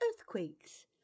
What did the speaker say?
Earthquakes